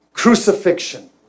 crucifixion